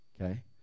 okay